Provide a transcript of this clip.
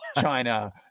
China